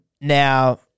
Now